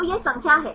तो यह संख्या है